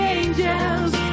angels